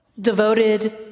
devoted